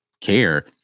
care